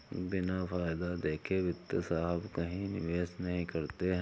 बिना फायदा देखे मित्तल साहब कहीं निवेश नहीं करते हैं